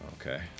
Okay